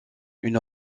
une